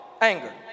anger